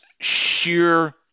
sheer